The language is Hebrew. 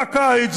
בקיץ,